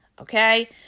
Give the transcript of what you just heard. Okay